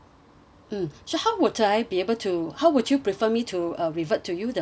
so how would I be able to how would you prefer me to uh revert to you the findings